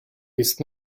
ist